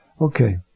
Okay